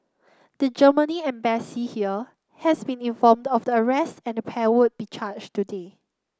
the Germany Embassy here has been informed of the arrest and the pair would be charged today